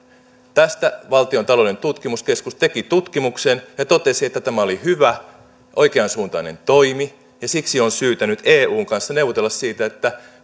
tästä valtion taloudellinen tutkimuskeskus teki tutkimuksen ja totesi että tämä oli hyvä oikeansuuntainen toimi ja siksi on syytä nyt eun kanssa neuvotella siitä että